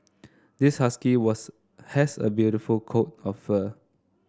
this husky was has a beautiful coat of fur